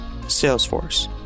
Salesforce